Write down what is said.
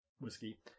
whiskey